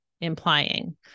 implying